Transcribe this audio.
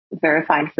verified